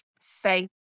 faith